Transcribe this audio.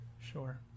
Sure